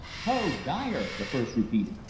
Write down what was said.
ho-o-o! dyer! the first repeated.